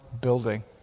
building